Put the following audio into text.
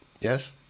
Yes